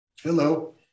hello